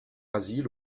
asile